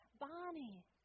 Bonnie